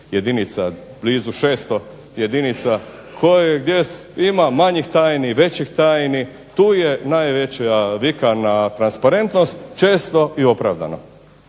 jedinica, blizu 600 jedinica koji gdje ima većih i manjih tajni. Tu je najveća vika na transparentnost često i opravdano.